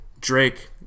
drake